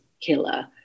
killer